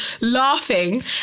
laughing